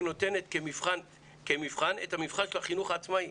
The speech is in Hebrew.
נותנת כמבחן את המבחן של החינוך העצמאי.